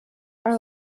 are